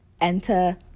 enter